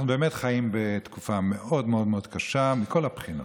אנחנו באמת חיים בתקופה מאוד מאוד מאוד קשה מכל הבחינות.